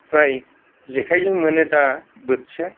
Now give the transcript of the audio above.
फ्राय जेखाइजों मोनो दा बोथिया